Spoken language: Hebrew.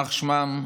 יימח שמם,